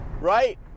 right